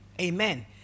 Amen